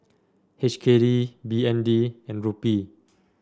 H K D B N D and Rupee